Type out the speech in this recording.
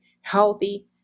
healthy